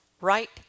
right